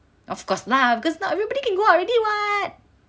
of course lah because now everybody can go out already [what]